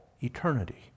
eternity